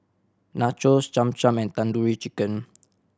Nachos Cham Cham and Tandoori Chicken